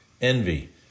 Envy